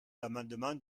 l’amendement